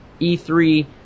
E3